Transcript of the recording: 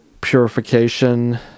purification